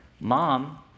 mom